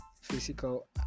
physical